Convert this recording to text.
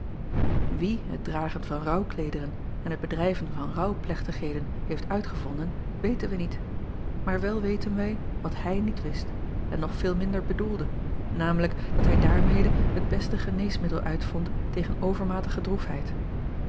ie het dragen van acob van ennep laasje evenster delen rouwkleederen en het bedrijven van rouwplechtigheden heeft uitgevonden weten wij niet maar wel weten wij wat hij niet wist en nog veel minder bedoelde namelijk dat hij daarmede het beste geneesmiddel uitvond tegen overmatige